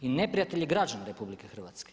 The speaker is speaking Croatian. I neprijatelji građana RH.